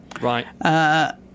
Right